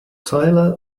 tyler